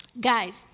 Guys